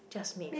just made